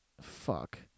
fuck